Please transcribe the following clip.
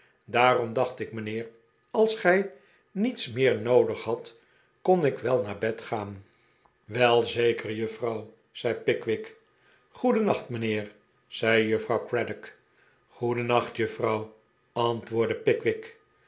daarom dacht ik mijnheer als gij niets meer noodig hadt kon ik wel naar bed gaan wel zeker juffrouw zei pickwick goedennacht mijnheer zei juffrouw craddock t goedennacht r juffrouw antwoordde pickwick